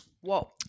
Whoa